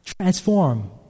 transform